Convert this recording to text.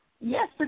Yes